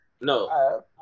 No